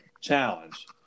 challenge